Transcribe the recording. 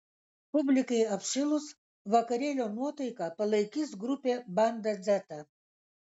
publikai apšilus vakarėlio nuotaiką palaikys grupė banda dzeta